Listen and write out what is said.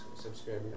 subscribe